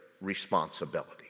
responsibility